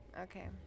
Okay